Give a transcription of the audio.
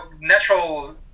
natural